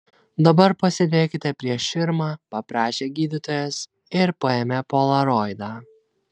dabar pasėdėkite prieš širmą paprašė gydytojas ir paėmė polaroidą